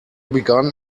begun